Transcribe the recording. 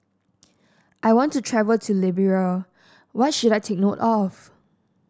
I want to travel to Liberia what should I take note of